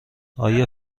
آیا